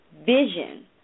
vision